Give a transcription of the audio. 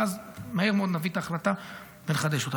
ואז מהר מאוד נביא את ההחלטה ונחדש אותה,